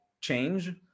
change